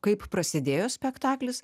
kaip prasidėjo spektaklis